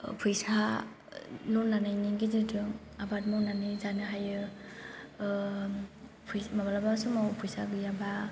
फैसा लन लानायनि गेजेरजों आबाद मावनानै जानो हायो ओम फै माब्लाबा समाव फैसा गैयाबा